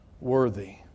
worthy